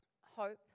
Hope